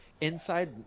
Inside